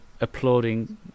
applauding